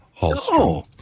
Hallstrom